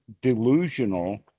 delusional